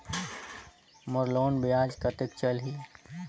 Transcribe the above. मोर loan ब्याज कतेक चलही?